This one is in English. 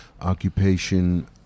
occupation